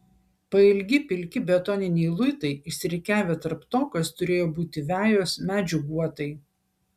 pailgi pilki betoniniai luitai išsirikiavę tarp to kas turėjo būti vejos medžių guotai